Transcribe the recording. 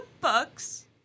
Bucks